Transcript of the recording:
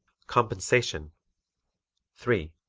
compensation three.